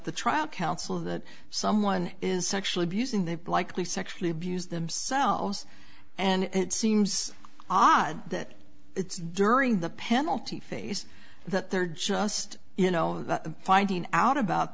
the trial counsel that someone is sexually abusing their likely sexually abused themselves and it seems odd that it's during the penalty phase that they're just you know finding out about